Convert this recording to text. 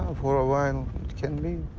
ah for a while, it can be.